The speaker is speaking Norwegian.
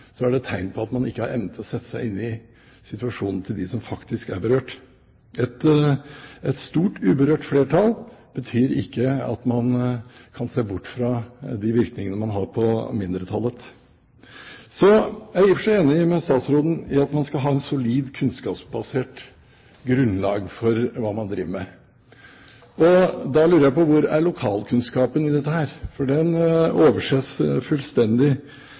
så er det et tegn på at man ikke har evnen til å sette seg inn i situasjonen til dem som faktisk er berørt. Et stort, uberørt flertall betyr ikke at man kan se bort fra de virkningene man har på mindretallet. Så er jeg i og for seg enig med statsråden i at man skal ha et solid kunnskapsbasert grunnlag for hva man driver med. Da lurer jeg på hvor lokalkunnskapen i dette er. Den overses fullstendig.